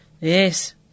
Yes